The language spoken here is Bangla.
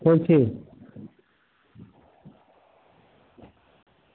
বলছি